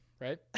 right